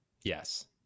Yes